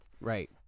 Right